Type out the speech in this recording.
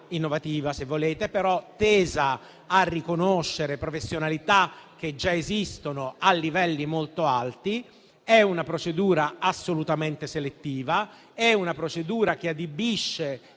innovativa, se volete, tesa però a riconoscere professionalità che già esistono a livelli molto alti. È una procedura assolutamente selettiva, che adibisce